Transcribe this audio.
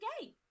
gay